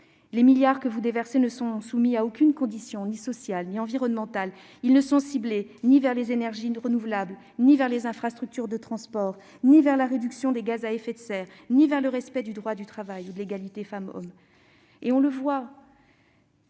Les milliards que vous déversez ne sont soumis à aucune condition, ni sociale ni environnementale. Ils ne sont ciblés ni vers les énergies renouvelables, ni vers les infrastructures de transport, ni vers la réduction des gaz à effet de serre, ni vers le respect du droit du travail et de l'égalité femmes-hommes. Il est